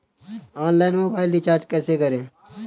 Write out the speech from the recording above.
Online mobile recharge कैसे करें?